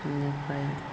बेनिफ्राय